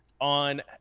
on